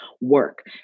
work